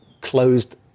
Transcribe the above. closed